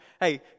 Hey